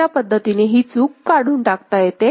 अशा पद्धतीने ही चूक काढून टाकता येते